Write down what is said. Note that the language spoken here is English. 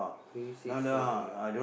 three six one ya